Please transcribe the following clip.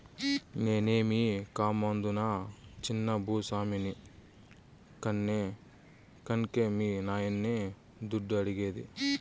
నేనేమీ కామందునా చిన్న భూ స్వామిని కన్కే మీ నాయన్ని దుడ్డు అడిగేది